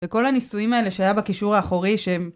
וכל הניסויים האלה שהיו בקישור האחורי שהם...